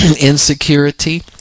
insecurity